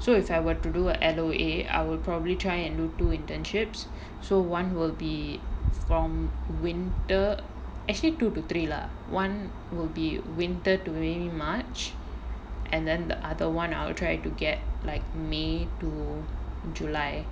so if I were to do a L_O_A I will probably try and do two internships so one will be from winter actually two to three lah one will be winter to maybe march and then the other one I will try to get like may to july